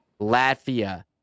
Latvia